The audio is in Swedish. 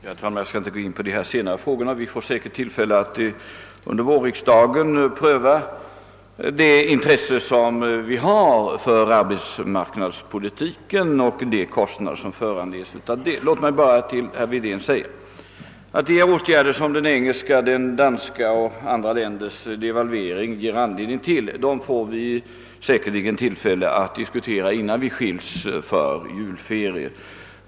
Herr talman! Jag skall inte gå in på dessa senare frågor. Vi får säkert tillfälle att under vårriksdagen pröva det intresse man har för arbetsmarknadspolitiken och de kostnader som föranleds av den. De åtgärder som Englands, Danmarks och andra länders devalveringar ger anledning till får vi säkerligen tillfälle att diskutera innan vi skils för julferier.